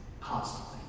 constantly